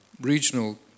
Regional